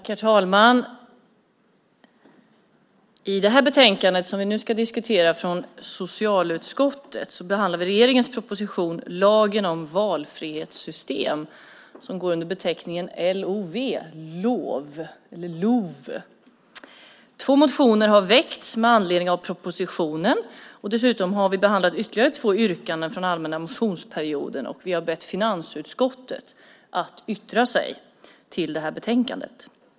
Herr talman! I det betänkande som vi nu ska debattera från socialutskottet behandlas regeringens proposition Lag om valfrihetssystem som går under beteckningen LOV. Två motioner har väckts med anledning av propositionen. Dessutom har vi behandlat ytterligare två yrkanden från allmänna motionstiden, och vi har bett finansutskottet att yttra sig om detta betänkande.